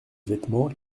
vêtements